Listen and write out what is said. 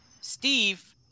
Steve